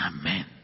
Amen